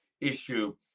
issue